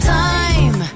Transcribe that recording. time